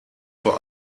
vor